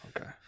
okay